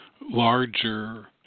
larger